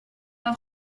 pas